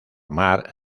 mar